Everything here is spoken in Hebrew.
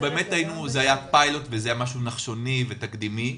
המערכת במשרד החינוך היתה פיילוט ומשהו נחשוני ותקדימי.